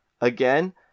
Again